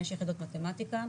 5 יחידות מתמטיקה,